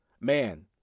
man